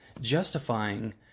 justifying